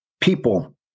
people